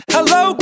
Hello